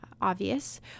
obvious